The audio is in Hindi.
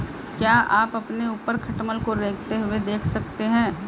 क्या आप अपने ऊपर खटमल को रेंगते हुए देख सकते हैं?